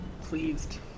pleased